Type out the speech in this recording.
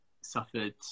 suffered